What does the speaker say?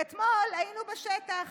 ואתמול היינו בשטח,